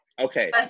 Okay